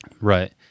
Right